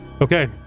Okay